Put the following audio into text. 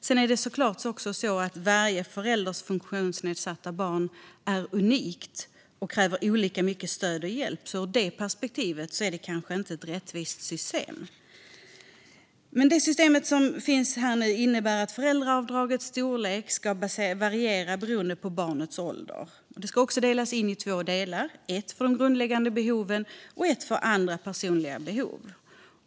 Sedan är såklart varje förälders funktionsnedsatta barn unikt och kräver olika mycket stöd och hjälp. Ur det perspektivet är det kanske inte ett rättvist system. Det system som nu föreslås innebär att föräldraavdragets storlek varierar beroende på barnets ålder. Det ska bestå av två delar: en för grundläggande behov och en annan för andra personliga behov.